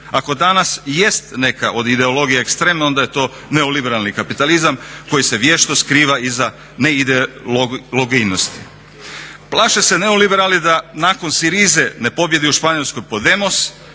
Ako danas jest neka od ideologija ekstremna onda je to neoliberalni kapitalizam koji se vješto skriva iza neidejnosti. Plaše se neoliberali da nakon Syrize ne pobijedi u Španjolskoj Podemos